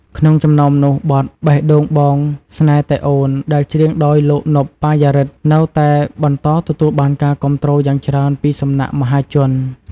ក្នុងចំណោមនោះ បទ "បេះដូងបងស្នេហ៍តែអូន" ដែលច្រៀងដោយលោក ណុប បាយ៉ារិទ្ធ នៅតែបន្តទទួលបានការគាំទ្រយ៉ាងច្រើនពីសំណាក់មហាជន។